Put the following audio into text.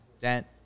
Dent